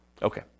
Okay